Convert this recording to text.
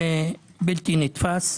זה בלתי נתפס.